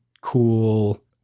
cool